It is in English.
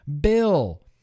bill